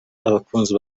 abakunzi